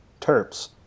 Terps